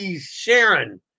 Sharon